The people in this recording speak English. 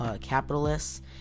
capitalists